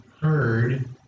heard